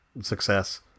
success